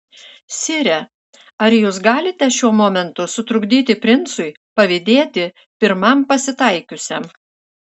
sire ar jūs galite šiuo momentu sutrukdyti princui pavydėti pirmam pasitaikiusiam